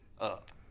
up